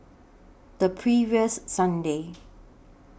The previous Sunday